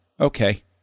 okay